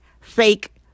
fake